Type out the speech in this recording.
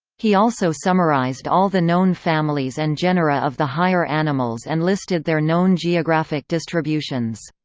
he also summarised all the known families and genera of the higher animals and listed their known geographic distributions.